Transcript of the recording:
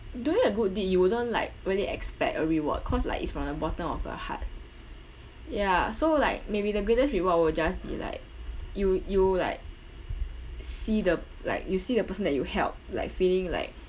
doing a good deed you wouldn't like really expect a reward cause like it's from the bottom of your heart ya so like maybe the greatest reward will just be like you you like see the like you see the person that you helped like feeling like